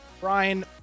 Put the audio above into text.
Brian